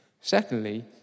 secondly